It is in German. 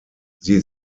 sie